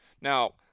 now